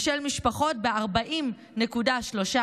ושל משפחות, ב-40.3%,